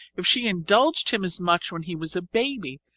if she indulged him as much when he was a baby,